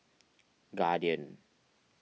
Guardian